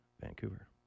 Vancouver